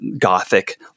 gothic